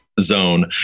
zone